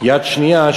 יד שנייה,